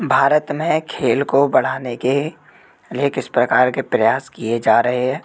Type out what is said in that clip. भारत में खेल को बढ़ाने के अनेक इस प्रकार के प्रयास किए जा रहे है